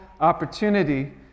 opportunity